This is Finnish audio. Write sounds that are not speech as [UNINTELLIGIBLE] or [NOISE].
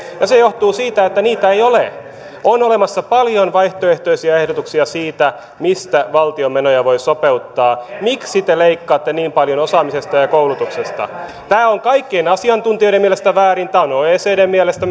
se johtuu siitä että niitä ei ole on olemassa paljon vaihtoehtoisia ehdotuksia siitä mistä valtion menoja voi sopeuttaa miksi te leikkaatte niin paljon osaamisesta ja ja koulutuksesta tämä on kaikkien asiantuntijoiden mielestä väärin tämä on oecdn mielestä [UNINTELLIGIBLE]